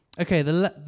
Okay